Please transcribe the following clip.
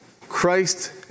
Christ